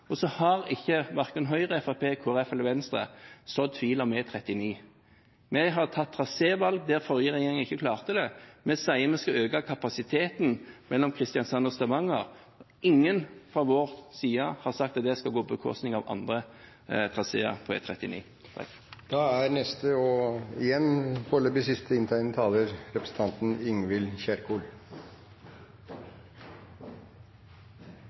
Verken Høyre, Fremskrittspartiet, Kristelig Folkeparti eller Venstre har sådd tvil om E39. Vi har tatt trasévalg der forrige regjering ikke klarte det. Vi sier vi skal øke kapasiteten mellom Kristiansand og Stavanger. Ingen fra vår side har sagt at det skal gå på bekostning av andre traseer på E39. Her er det statsråden som ikke er konsekvent. I et tidligere innlegg i en tidligere sak i dag argumenterte bl.a. representanten